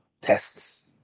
tests